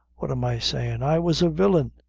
what am i sayin' i was a villain.